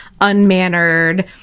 unmannered